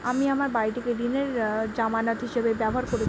আমি আমার বাড়িটিকে ঋণের জামানত হিসাবে ব্যবহার করেছি